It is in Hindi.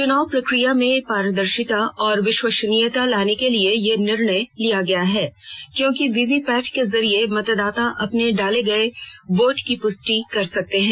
चुनाव प्रक्रिया में पारदर्शिता और विश्वसनीयता लाने के लिए ये निर्णय लिया गया है क्योंकि वीवीपैट के जरिये मतदाता अपने डाले गये वोट की पुष्टि कर सकता है